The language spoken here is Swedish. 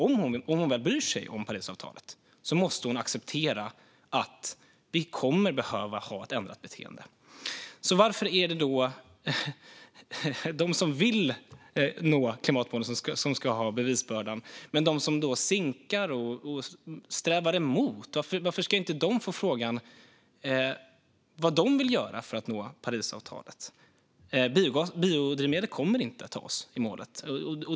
Om Jessica Rosencrantz bryr sig om Parisavtalet måste hon därför förr eller senare acceptera att vi kommer att behöva ändra beteende. Varför ska alltså bevisbördan ligga på dem som vill nå klimatmålen? Varför ska inte de som sinkar och strävar emot få frågan vad de vill göra för att nå Parisavtalet? Biodrivmedel kommer inte att ta oss i mål.